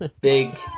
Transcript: big